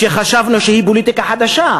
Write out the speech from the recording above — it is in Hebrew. שחשבנו שהיא פוליטיקה חדשה,